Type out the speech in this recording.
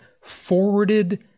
forwarded